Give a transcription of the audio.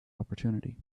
opportunity